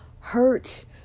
Hurt